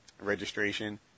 registration